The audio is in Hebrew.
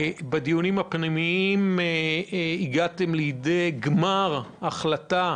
בדיונים הפנימיים הגעתם לידי גמר החלטה